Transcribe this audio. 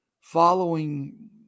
following